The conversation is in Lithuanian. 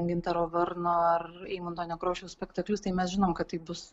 gintaro varno ar eimunto nekrošiaus spektaklius tai mes žinom kad tai bus